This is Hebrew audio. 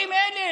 הינה,